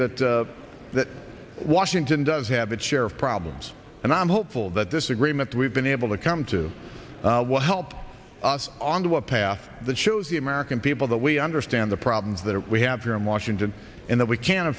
that that washington does have its share of problems and i'm hopeful that this agreement we've been able to come to what helped us onto a path that shows the american people that we understand the problems that we have here in washington in that we can in